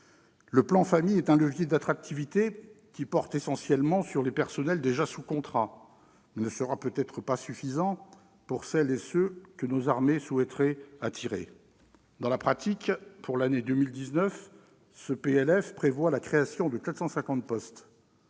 Le plan Famille est un levier d'attractivité qui porte essentiellement sur les personnels déjà sous contrat, mais qui ne sera peut-être pas suffisant pour celles et ceux que nos armées souhaiteraient attirer. Dans la pratique, pour l'année 2019, ce projet de loi de finances